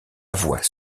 avoyt